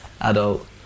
adult